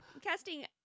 Casting